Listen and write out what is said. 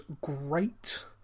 great